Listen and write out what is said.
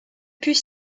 put